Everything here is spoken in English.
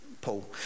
Paul